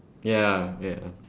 ya wait ah